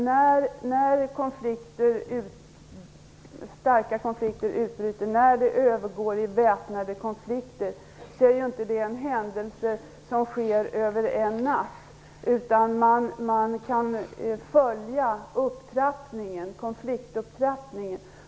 När starka konflikter utbryter och övergår i väpnade konflikter är det inte händelser som sker över en natt, utan man kan följa konfliktupptrappningen.